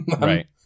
Right